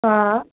हा